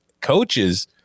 coaches –